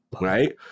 Right